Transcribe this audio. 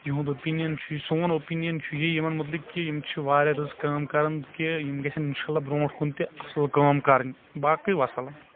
یُہنٛد اوٚپیٖنین چھُ سون اوٚپیٖنین چھُ یہِ یِمن مُتعلِق کہ یِم چھ واریاہ رٕژ کأم کران کہِ یِم گژھٮ۪ن اِنشا اللہ بروٗنٛٹھ کُن تہِ واریاہ اصٕل کأم کرٕنۍ باقٕے وسلام